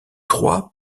trois